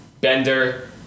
Bender